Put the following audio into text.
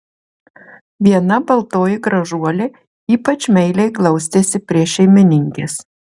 viena baltoji gražuolė ypač meiliai glaustėsi prie šeimininkės